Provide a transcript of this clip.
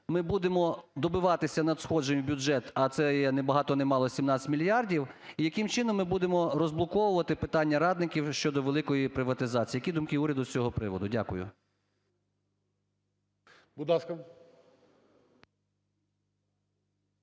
ми будемо добиватися надходжень в бюджет, а це є, ні багато ні мало, 17 мільярдів, яким чином ми будемо розблоковувати питання радників щодо великої приватизації? Які думки уряду з цього приводу? Дякую.